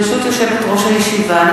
ברשות יושבת-ראש הישיבה,